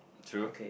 true